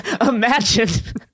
Imagine